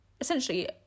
essentially